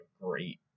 great